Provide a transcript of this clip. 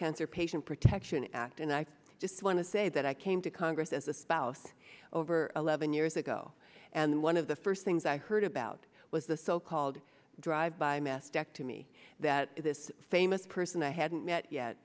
cancer patient protection act and i just want to say that i came to congress as a spouse over eleven years ago and one of the first things i heard about was the so called drive by mastectomy that this famous person i hadn't met yet